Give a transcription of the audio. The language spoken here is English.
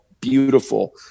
beautiful